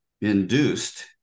induced